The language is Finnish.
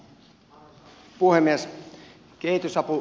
arvoisa puhemies